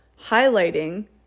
highlighting